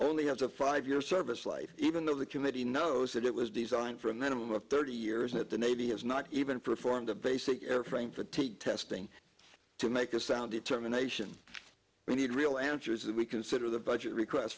only has a five year service life even though the committee knows that it was designed for a minimum of thirty years that the navy has not even performed a basic airframe for tea testing to make a sound determination we need real answers we consider the budget requests